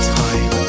time